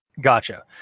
Gotcha